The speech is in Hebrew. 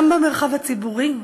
גם במרחב הציבורי,